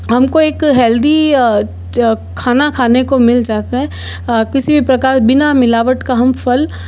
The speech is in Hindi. हमको एक हेल्थी खाना खाने को मिल जाता है किसी भी प्रकार बिना मिलावट का हम फ़ल